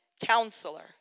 Counselor